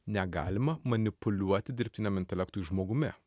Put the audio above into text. negalima manipuliuoti dirbtiniam intelektui žmogumi